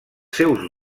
seus